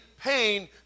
pain